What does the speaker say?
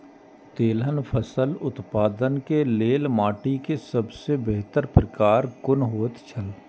तेलहन फसल उत्पादन के लेल माटी के सबसे बेहतर प्रकार कुन होएत छल?